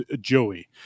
Joey